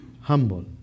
humble